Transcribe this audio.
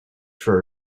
for